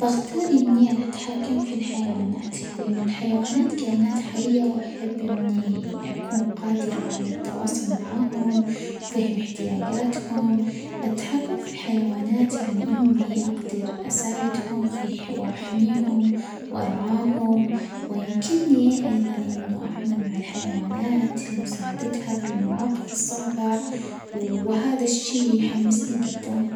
بختار إني أتحكم في الحيوانات، لأن الحيوانات كائنات حية، وأحب إني أكون قادرة على التواصل معاهم، وفهم احتياجاتهم ،التحكم في الحيوانات يعني إني أقدر أساعدهم -في ح- وأحميهم ،وأرعاهم ، ويمكنني أيضًا إنه أعمل مع الحيوانات ؛ لمساعدتها في المواقف الصعبة، وهذا الشيء يحمسني جدا.